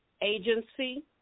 agency